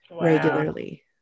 regularly